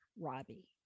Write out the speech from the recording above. Robbie